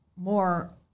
more